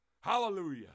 Hallelujah